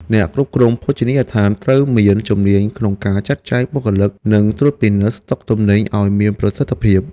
អ្នកគ្រប់គ្រងភោជនីយដ្ឋានត្រូវមានជំនាញក្នុងការចាត់ចែងបុគ្គលិកនិងត្រួតពិនិត្យស្តុកទំនិញឱ្យមានប្រសិទ្ធភាព។